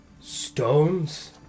stones